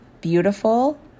beautiful